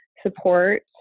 support